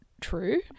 true